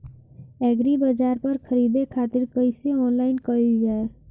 एग्रीबाजार पर खरीदे खातिर कइसे ऑनलाइन कइल जाए?